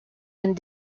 and